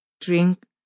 drink